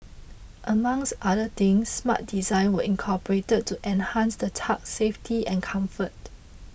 amongs other things smart designs were incorporated to enhance the tug's safety and comfort